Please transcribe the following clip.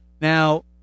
now